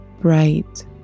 bright